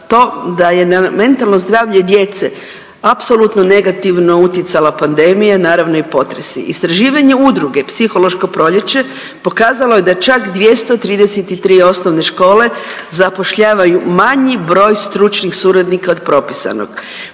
to da je na mentalno zdravlje djece apsolutno negativno utjecala pandemija, naravno i potresi. Istraživanje Udruge Psihološko proljeće pokazalo je da čak 233 osnovne škole zapošljavaju manji broj stručnih suradnika od propisanog